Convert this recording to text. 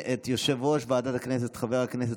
רבותיי חברי הכנסת,